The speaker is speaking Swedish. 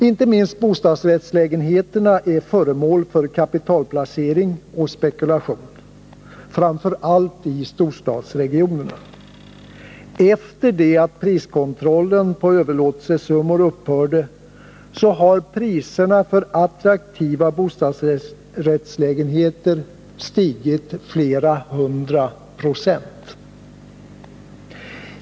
Inte minst bostadsrättslägenheter är föremål för kapitalplacering och spekulation, framför allt i storstadsregionerna. Efter det att priskontrollen på överlåtelsesummorna upphörde har priserna för attraktiva bostadsrättslägenheter stigit med flera hundra procent.